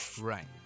Right